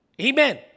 Amen